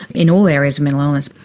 in all areas of mental illness.